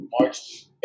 march